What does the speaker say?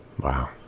Wow